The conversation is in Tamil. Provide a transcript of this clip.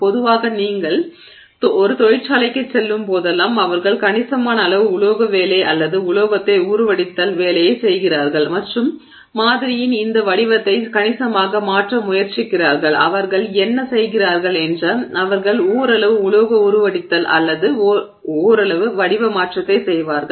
பொதுவாக நீங்கள் ஒரு தொழிற்சாலைக்குச் செல்லும் போதெல்லாம் அவர்கள் கணிசமான அளவு உலோக வேலை அல்லது உலோகத்தை உருவடித்தல் வேலையைச் செய்கிறார்கள் மற்றும் மாதிரியின் இந்த வடிவத்தைக் கணிசமாக மாற்ற முயற்சிக்கிறார்கள் அவர்கள் என்ன செய்வார்கள் என்றால் அவர்கள் ஓரளவு உலோக உருவடித்தல் அல்லது ஓரளவு வடிவ மாற்றத்தை செய்வார்கள்